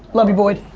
love you boyd,